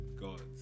gods